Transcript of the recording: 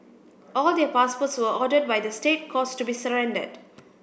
all their passports were ordered by the State Courts to be surrendered